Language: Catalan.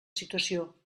situació